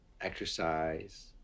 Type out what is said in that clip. exercise